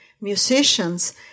musicians